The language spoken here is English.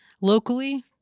locally